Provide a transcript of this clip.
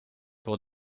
pour